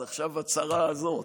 אז עכשיו הצרה הזאת.